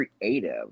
creative